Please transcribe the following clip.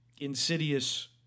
Insidious